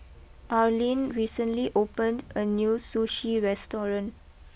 Arleen recently opened a new Sushi restaurant